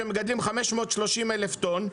שמגדלים 530,000 טון,